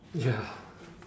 ya